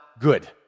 good